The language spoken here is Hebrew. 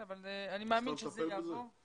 אבל זה שכיבדת אותנו זה יפה מאוד.